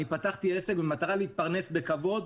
אני פתחתי עסק במטרה להתפרנס בכבוד,